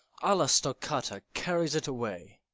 alla stoccata carries it away.